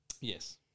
Yes